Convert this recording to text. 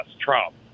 Trump